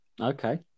Okay